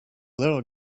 little